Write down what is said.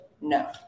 No